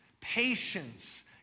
patience